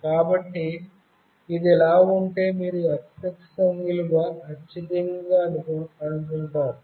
కాబట్టి ఇది ఇలా ఉంటే మీరు x అక్షం విలువ అత్యధికంగా అందుకుంటారు